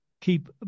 keep